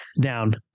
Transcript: down